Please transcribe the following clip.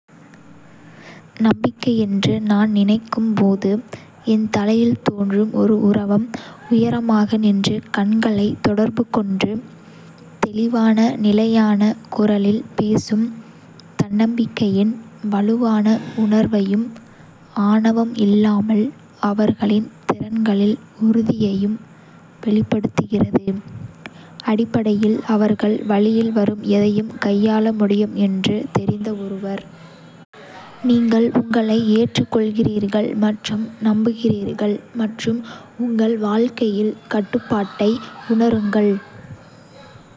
நம்பிக்கை என்று நான் நினைக்கும் போது, ​​என் தலையில் தோன்றும் ஒரு உருவம், உயரமாக நின்று, கண்களைத் தொடர்புகொண்டு, தெளிவான, நிலையான குரலில் பேசும், தன்னம்பிக்கையின் வலுவான உணர்வையும், ஆணவம் இல்லாமல், அவர்களின் திறன்களில் உறுதியையும் வெளிப்படுத்துகிறது. அடிப்படையில், அவர்கள் வழியில் வரும் எதையும் கையாள முடியும் என்று தெரிந்த ஒருவர்.நீங்கள் உங்களை ஏற்றுக்கொள்கிறீர்கள் மற்றும் நம்புகிறீர்கள் மற்றும் உங்கள் வாழ்க்கையில் கட்டுப்பாட்டை உணருங்கள்